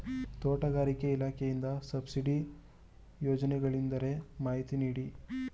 ತೋಟಗಾರಿಕೆ ಇಲಾಖೆಯಿಂದ ಸಬ್ಸಿಡಿ ಯೋಜನೆಗಳಿದ್ದರೆ ಮಾಹಿತಿ ನೀಡಿ?